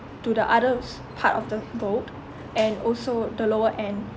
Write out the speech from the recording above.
to the others part of the and also the lower end